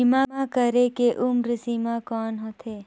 बीमा करे के उम्र सीमा कौन होथे?